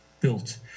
built